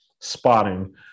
spotting